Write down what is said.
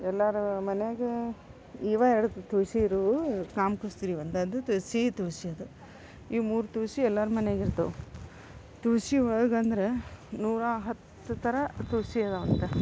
ಎಲ್ಲರ ಮನೆಯಾಗೆ ಇವೇ ಎರಡು ತುಳಸಿ ಇರೋವು ಕಾಮ ಕಸ್ತೂರಿ ಒಂದೇ ಅಂದ್ರೆ ಸಿಹಿ ತುಳಸಿ ಅದು ಇವು ಮೂರು ತುಳಸಿ ಎಲ್ಲರ ಮನೆಯಾಗಿರ್ತವೆ ತುಳಸಿ ಒಳಗಂದ್ರೆ ನೂರಾ ಹತ್ತು ಥರ ತುಳಸಿ ಇದ್ದಾವಂತೆ